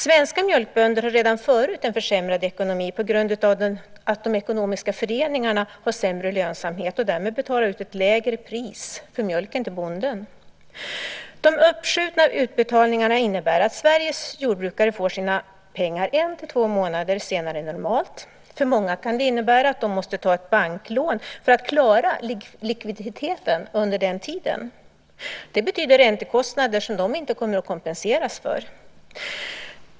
Svenska mjölkbönder har redan förut en försämrad ekonomi på grund av att de ekonomiska föreningarna har sämre lönsamhet och därmed betalar ut ett lägre pris för mjölken till bonden. De uppskjutna utbetalningarna innebär att Sveriges jordbrukare får sina pengar en-två månader senare än normalt. För många kan det innebära att de måste ta ett banklån för att klara likviditeten under den tiden. Det betyder räntekostnader som de inte kommer att kompenseras för.